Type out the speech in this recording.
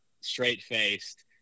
straight-faced